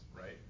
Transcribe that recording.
right